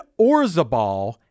Orzabal